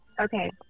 Okay